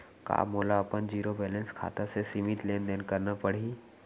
का मोला अपन जीरो बैलेंस खाता से सीमित लेनदेन करना पड़हि?